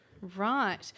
Right